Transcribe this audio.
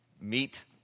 meet